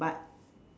but